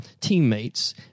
teammates